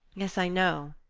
yes, i know,